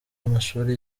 amashuri